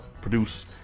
produce